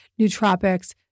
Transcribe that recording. nootropics